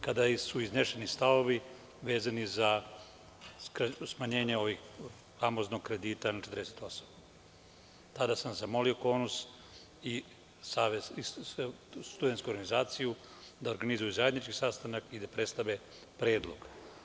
Kada su izneseni stavovi vezani za smanjenje ovog famoznog kredita na 48, tada sam zamolio KONUS i Studentsku organizaciju da organizuju zajednički sastanak i da predstave predlog.